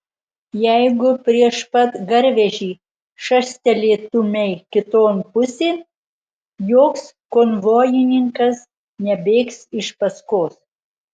jeigu prieš pat garvežį šastelėtumei kiton pusėn joks konvojininkas nebėgs iš paskos